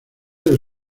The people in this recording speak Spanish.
del